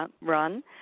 Run